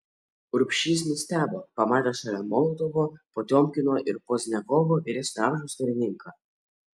urbšys nustebo pamatęs šalia molotovo potiomkino ir pozdniakovo vyresnio amžiaus karininką